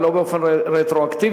ולא באופן רטרואקטיבי,